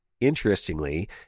interestingly